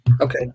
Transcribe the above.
Okay